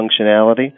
functionality